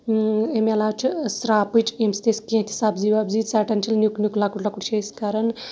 اَمہِ علاوٕ چھُ شراپٕچ یمہِ سۭتۍ أسی کینٛہہ تہِ سَبزی وَبزی ژَٹان چھِ نیٛوکۍ نیٛوکۍ لَکُٹ لَکُٹ چھِ أسۍ کَران